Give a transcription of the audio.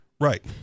Right